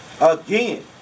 Again